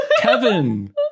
Kevin